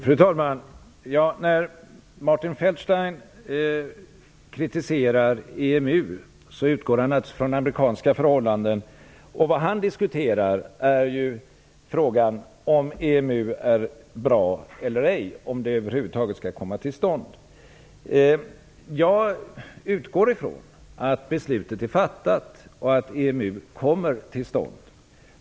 Fru talman! När Martin Feldstein kritiserar EMU utgår han naturligtvis från amerikanska förhållanden. Vad han diskuterar är frågan om EMU är bra eller ej, om EMU över huvud taget skall komma till stånd. Jag utgår från att beslut är fattat och att EMU kommer till stånd.